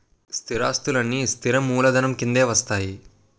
స్థిరాస్తులన్నీ స్థిర మూలధనం కిందే వస్తాయి